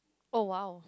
oh !wow!